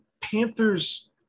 Panthers